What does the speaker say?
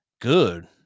good